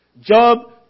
Job